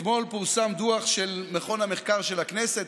אתמול פורסם דוח של מכון המחקר של הכנסת,